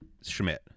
Schmidt